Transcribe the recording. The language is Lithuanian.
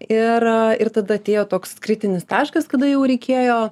ir ir tada atėjo toks kritinis taškas kada jau reikėjo